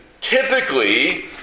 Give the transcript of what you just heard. typically